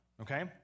okay